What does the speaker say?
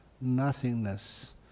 nothingness